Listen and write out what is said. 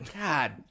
God